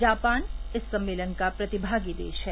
Japan इस सम्मेलन का प्रतिभागी देश है